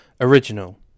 Original